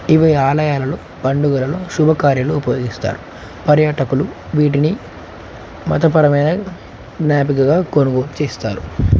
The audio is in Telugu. ఇవి ఆలయాలలో పండుగలలో శుభకార్యాల్లో ఉపయోగిస్తారు పర్యాటకులు వీటిని మతపరమైన జ్ఞాపికగా కొనుగోలు చేస్తారు